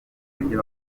ibyo